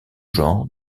genre